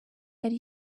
ari